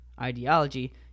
ideology